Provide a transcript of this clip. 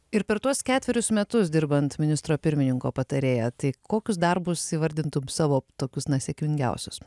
ir per tuos ketverius metus dirbant ministro pirmininko patarėja tai kokius darbus įvardintum savo tokius na sėkmingiausius